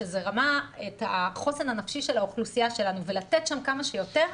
שזה רמת החוסן הנפשי של האוכלוסייה שלנו ולתת שם כמה שיותר,